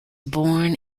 born